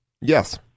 Yes